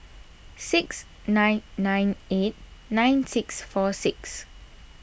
six nine nine eight nine six four six